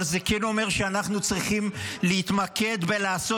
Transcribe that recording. אבל זה כן אומר שאנחנו צריכים להתמקד בלעשות